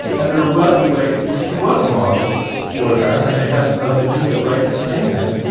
and there was a way in which he was a model for them, and they had a legitimate right to claim him,